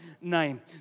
Name